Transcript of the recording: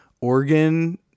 organ